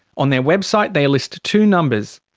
on their website they list two numbers.